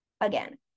again